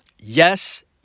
Yes